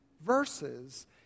verses